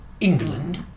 England